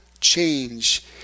change